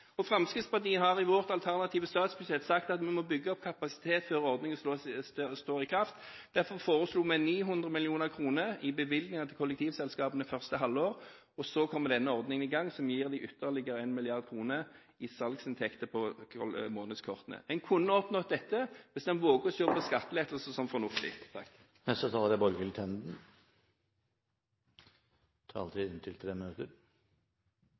Fremskrittspartiet har i sitt alternative statsbudsjett sagt at man må bygge opp kapasitet før ordningen trer i kraft. Derfor foreslo vi 900 mill. kr i bevilgninger til kollektivselskapene første halvår, og så kommer denne ordningen i gang som gir dem ytterligere 1 mrd. kr i salgsinntekter på månedskortene. Man kunne oppnådd dette hvis man hadde våget å se på skattelettelser som fornuftig.